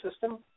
system